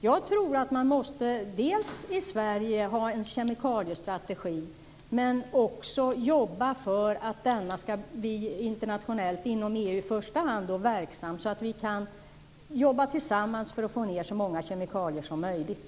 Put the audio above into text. Jag tror att vi dels i Sverige måste ha en kemikaliestrategi, dels också jobba för att den skall bli internationellt verksam - och i första hand då inom EU. Vi måste kunna jobba tillsammans för att få ned så många kemikalier som möjligt.